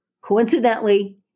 Coincidentally